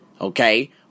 Okay